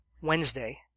Wednesday